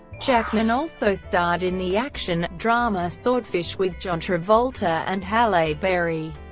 jackman also starred in the action drama swordfish with john travolta and halle berry.